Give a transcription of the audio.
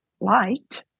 light